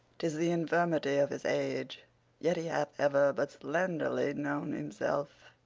tis the infirmity of his age yet he hath ever but slenderly known himself.